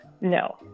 No